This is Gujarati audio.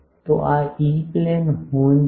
તો આ ઇ પ્લેન હોર્ન છે